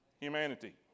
humanity